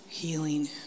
healing